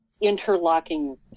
interlocking